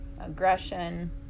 aggression